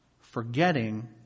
forgetting